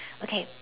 okay